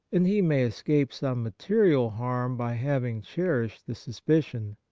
and he may escape some material harm by having cherished the suspicion.